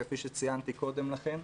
כמו שציינתי קודם לכן,